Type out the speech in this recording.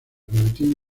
boletín